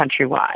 countrywide